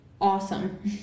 awesome